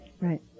Right